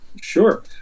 Sure